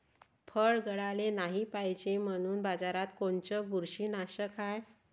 फळं गळाले नाही पायजे म्हनून बाजारात कोनचं बुरशीनाशक हाय?